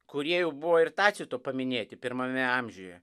kurie jau buvo ir tacito paminėti pirmame amžiuje